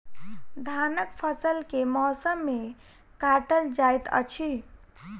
धानक फसल केँ मौसम मे काटल जाइत अछि?